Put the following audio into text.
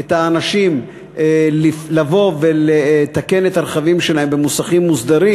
את האנשים לבוא ולתקן את הרכבים שלהם במוסכים מוסדרים,